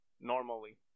normally